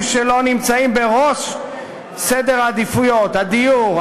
שלו נמצאים בראש סדר העדיפויות: הדיור,